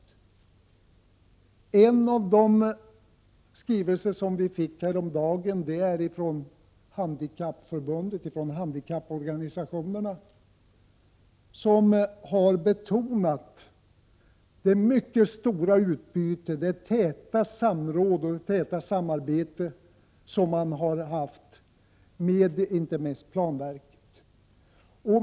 En av de skrivelser som vi fick häromdagen är från handikapporganisationerna, som betonar det mycket stora utbyte och det täta samråd och samarbete som organisationerna har haft med inte minst planverket.